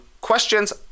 questions